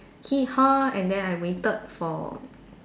he her and then I waited for